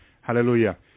Hallelujah